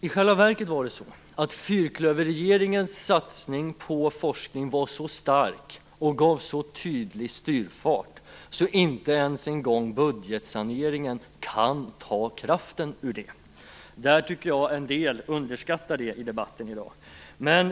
I själva verket var det så att fyrklöverregeringens satsning på forskning var så stark och gav så tydlig styrfart att inte ens budgetsaneringen kan ta kraften ur den. Jag tycker att en del underskattar detta i debatten i dag.